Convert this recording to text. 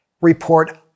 report